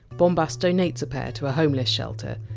bombas donates a pair to a homeless shelter.